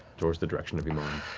towards the direction of emon.